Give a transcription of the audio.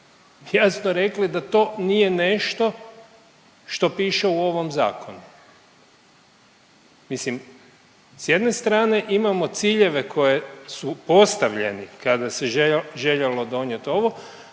jasno rekli da to nije nešto što piše u ovom zakonu. Mislim s jedne strane imamo ciljeve koji su postavljeni kada se željelo donijet ovo,